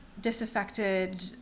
disaffected